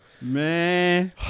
man